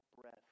breath